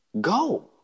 go